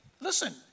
Listen